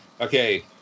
Okay